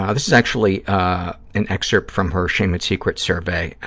ah this is actually an excerpt from her shame and secrets survey.